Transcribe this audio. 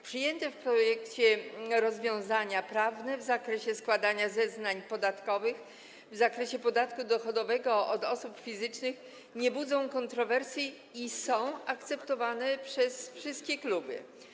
Przyjęte w projekcie rozwiązania prawne dotyczące składania zeznań podatkowych w zakresie podatku dochodowego od osób fizycznych nie budzą kontrowersji i są akceptowane przez wszystkie kluby.